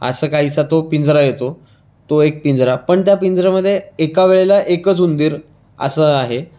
असं काहीसा तो पिंजरा येतो तो एक पिंजरा पण त्या पिंजऱ्यामध्ये एका वेळेला एकच उंदीर असं आहे